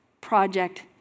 project